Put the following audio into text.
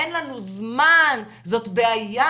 אין לנו זמן, זאת בעיה.